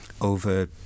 over